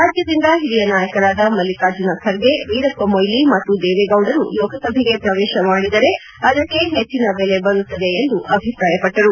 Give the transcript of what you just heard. ರಾಜ್ಯದಿಂದ ಹಿರಿಯ ನಾಯಕರಾದ ಮಲ್ಲಿಕಾರ್ಜುನ ಖರ್ಗೆ ವೀರಪ್ಪ ಮೊಯಿಲಿ ಮತ್ತು ದೇವೇಗೌಡರು ಲೋಕಸಭೆಗೆ ಪ್ರವೇಶ ಮಾಡಿದರೆ ಅದಕ್ಕೆ ಹೆಚ್ಚಿನ ಬೆಲೆ ಬರುತ್ತದೆ ಎಂದು ಅಭಿಪ್ರಾಯಪಟ್ಟರು